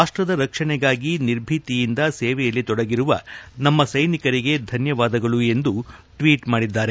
ರಾಷ್ಟದ ರಕ್ಷಣೆಗಾಗಿ ನಿರ್ಭೀತಿಯಿಂದ ಸೇವೆಯಲ್ಲಿ ತೊಡಗಿರುವ ನಮ್ಮ ಸೈನಿಕರಿಗೆ ಧನ್ಯವಾದಗಳು ಎಂದು ಟ್ವೀಟ್ ಮಾಡಿದ್ದಾರೆ